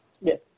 Yes